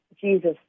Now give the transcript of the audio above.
Jesus